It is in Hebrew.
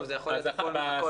טוב, זה יכול להיות הכול מהכול.